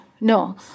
No